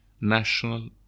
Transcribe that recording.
national